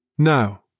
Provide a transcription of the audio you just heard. Now